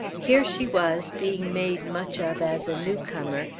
here she was, being made much of as a new-comer,